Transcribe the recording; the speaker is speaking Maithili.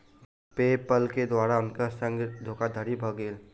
पे पाल के द्वारा हुनका संग धोखादड़ी भ गेल